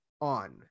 on